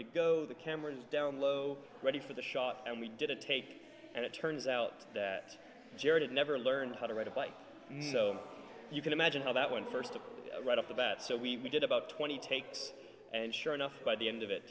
to go the cameras down low ready for the shot and we didn't take and it turns out that jared never learned how to ride a bike so you can imagine how that went first to right off the bat so we did about twenty takes and sure enough by the end of